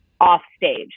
offstage